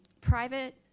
private